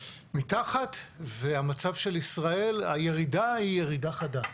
מתחת, והמצב של ישראל, הירידה היא ירידה חדה.